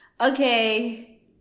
okay